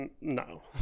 No